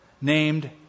named